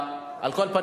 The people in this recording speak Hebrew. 9, אין מתנגדים.